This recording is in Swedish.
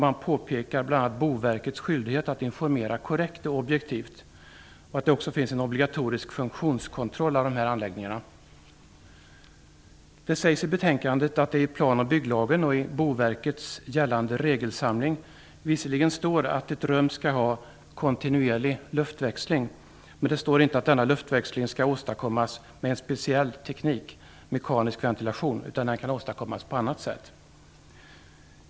Man påpekar bl.a. Boverkets skyldighet att informera korrekt och objektivt och att det också finns en obligatorisk funktionskontroll av dessa anläggningar. Det sägs i betänkandet att det i plan och bygglagen och i Boverkets gällande regelsamling visserligen står att ett rum skall ha "kontinuerlig luftväxling", men det står inte att denna luftväxling skall åstadkommas med en speciell teknik, mekanisk ventilation. Den kan åstadkommas på annat sätt.